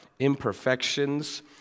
imperfections